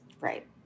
Right